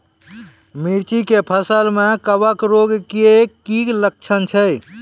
मिर्ची के फसल मे कवक रोग के की लक्छण छै?